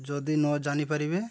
ଯଦି ନ ଜାଣିପାରିବେ